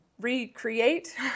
recreate